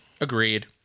Agreed